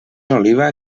oliva